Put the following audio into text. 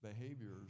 behaviors